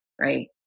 right